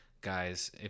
guys